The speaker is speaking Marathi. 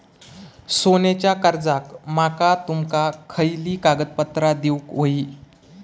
सोन्याच्या कर्जाक माका तुमका खयली कागदपत्रा देऊक व्हयी?